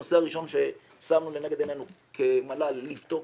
הנושא הראשון ששמנו לנגד עינינו כמל"ל לבדוק